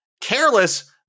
Careless